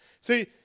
See